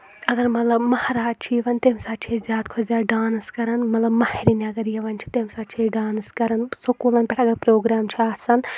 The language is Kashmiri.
اگر مطلب مہراز چھُ یِوان تمہِ ساتہٕ چھِ أسۍ زیادٕ کھۄتہٕ زیادٕ ڈانٕس کران مطلب مہرِن اگر یِوان چھِ تمہِ ساتہٕ چھِ أسۍ ڈانس کران سکوٗلن پٮ۪ٹھ اگر پروگرام چھُ آسان